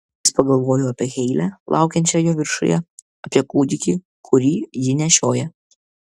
jis pagalvojo apie heilę laukiančią jo viršuje apie kūdikį kurį ji nešioja